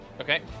Okay